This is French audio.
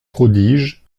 prodige